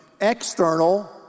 external